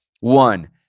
one